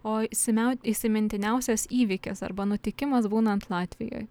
o įsimiau įsimintiniausias įvykis arba nutikimas būnant latvijoj